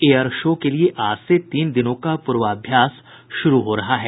air show के लिए आज से तीन दिनों का पूर्वाभ्यास शुरू हो रहा है